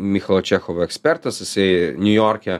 michalo čechovo ekspertas jisai niujorke